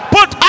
Put